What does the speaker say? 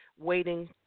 waiting